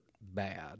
bad